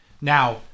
Now